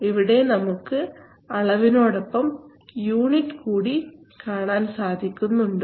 ഇവിടെ നമുക്ക് അളവിനോടൊപ്പം യൂണിറ്റ് കൂടി കാണാൻ സാധിക്കുന്നുണ്ട്